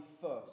first